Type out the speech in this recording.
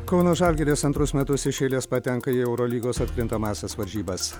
kauno žalgiris antrus metus iš eilės patenka į eurolygos atkrintamąsias varžybas